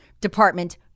Department